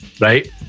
Right